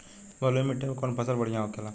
बलुई मिट्टी में कौन फसल बढ़ियां होखे ला?